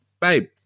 babe